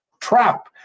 trap